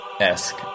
esque